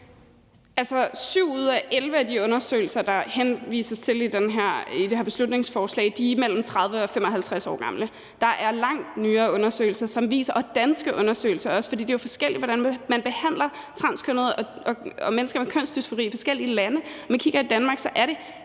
7 ud af 11 af de undersøgelser, der henvises til i det her beslutningsforslag, er mellem 30 og 55 år gamle. Der er langt nyere undersøgelser, også danske undersøgelser. Det er jo forskelligt, hvordan man behandler transkønnede og mennesker med kønsdysfori i forskellige lande,